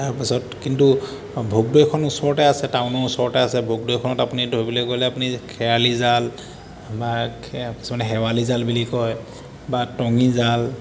তাৰপিছত কিন্তু ভোগদৈখন ওচৰতে আছে টাউনৰ ওচৰতে আছে ভোগদৈখনত আপুনি ধৰিবলৈ গ'লে আপুনি খেৱালী জাল বা খে কিছুমানে শেৱালী জাল বুলি কয় বা টঙী জাল